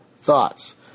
thoughts